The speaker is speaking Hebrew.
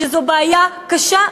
שזו בעיה קשה,